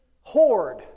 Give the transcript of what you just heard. hoard